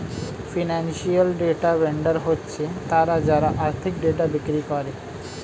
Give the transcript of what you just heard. financial data vendor হচ্ছে তারা যারা আর্থিক ডেটা বিক্রি করে